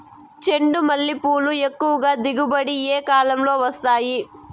చెండుమల్లి పూలు ఎక్కువగా దిగుబడి ఏ కాలంలో వస్తాయి